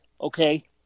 okay